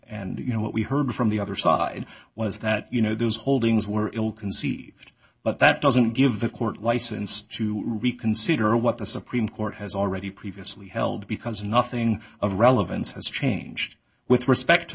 and you know what we heard from the other side was that you know those holdings were ill conceived but that doesn't give the court license to reconsider what the supreme court has already previously held because nothing of relevance has changed with respect to